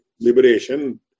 liberation